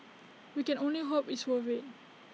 we can only hope it's worth IT